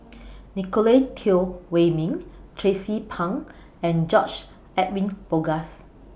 Nicolette Teo Wei Min Tracie Pang and George Edwin Bogaars